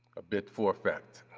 a bit for effect.